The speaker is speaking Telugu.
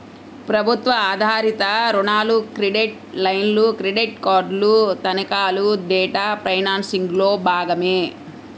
ప్రభుత్వ ఆధారిత రుణాలు, క్రెడిట్ లైన్లు, క్రెడిట్ కార్డులు, తనఖాలు డెట్ ఫైనాన్సింగ్లో భాగమే